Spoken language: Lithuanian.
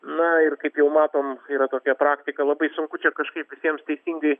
na ir kaip jau matom yra tokia praktika labai sunku čia kažkaip visiems teisingai